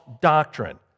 doctrine